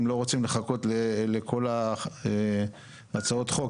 אם לא רוצים לחכות לכל הצעות החוק,